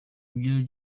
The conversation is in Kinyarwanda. ibyo